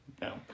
No